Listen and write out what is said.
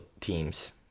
teams